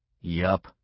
Yup